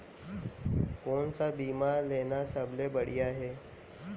कोन स बीमा लेना सबले बढ़िया हे?